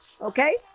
Okay